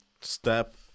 step